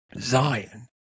Zion